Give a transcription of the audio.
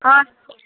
हँ ठीक छै